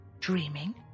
dreaming